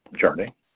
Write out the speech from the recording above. journey